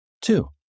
Two